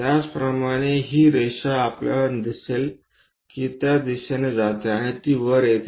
त्याचप्रमाणे ही ओळ आपल्याला दिसेल की त्या दिशेने जाते आणि ती वर येते